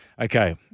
Okay